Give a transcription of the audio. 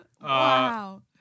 Wow